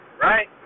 right